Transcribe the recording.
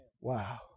Wow